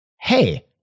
Hey